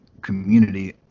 community